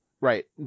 Right